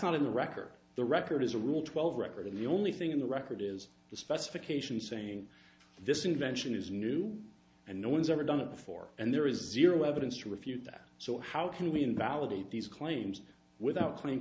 not in the record the record is a rule twelve record of the only thing in the record is the specifications saying this invention is new and no one's ever done it before and there is zero evidence to refute that so how can we invalidate these claims without cl